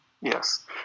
yes